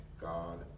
God